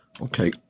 Okay